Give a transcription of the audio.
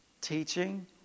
teaching